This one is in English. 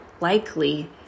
likely